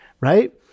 right